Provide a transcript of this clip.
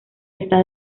está